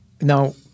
now